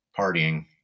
partying